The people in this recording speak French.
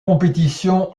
compétition